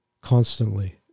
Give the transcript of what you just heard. constantly